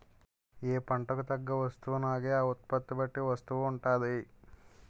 ఏ పంటకు తగ్గ వస్తువునాగే ఉత్పత్తి బట్టి వస్తువు ఉంటాది